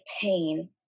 pain